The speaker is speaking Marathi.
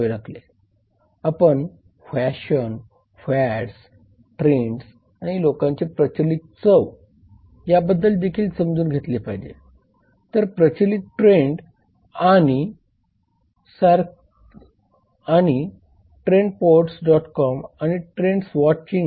मग taxes licensing barber shop pools restaurants night club bar इत्यादी आहेत